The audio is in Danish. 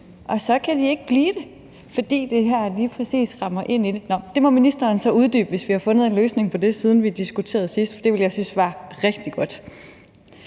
og så kan de ikke blive det, fordi det her lige præcis rammer ind i det. Nå, det må ministeren så uddybe, hvis vi har fundet en løsning på det, siden vi diskuterede sidst, for det ville jeg synes var rigtig godt.